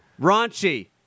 Raunchy